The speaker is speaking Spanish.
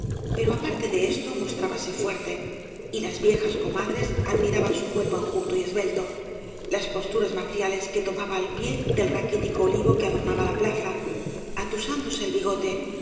pero aparte de esto mostrábase fuerte y las viejas comadres admiraban su cuerpo enjuto y esbelto las posturas marciales que tomaba al pie del raquítico olivo que adornaba la plaza atusándose el bigote